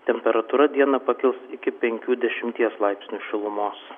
temperatūra dieną pakils iki penkių dešimies laipsnių šilumos